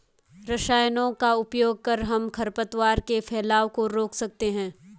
रसायनों का उपयोग कर हम खरपतवार के फैलाव को रोक सकते हैं